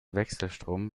wechselstrom